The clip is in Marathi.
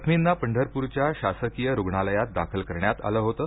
जखमींना पंढरपूरच्या शासकीय रुग्णालयात दाखल करण्यात आलं होतं